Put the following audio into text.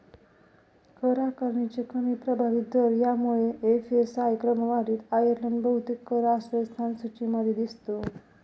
कर आकारणीचे कमी प्रभावी दर यामुळे एफ.एस.आय क्रमवारीत आयर्लंड बहुतेक कर आश्रयस्थान सूचीमध्ये दिसतो